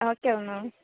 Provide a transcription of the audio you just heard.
ஓகேவா மேம்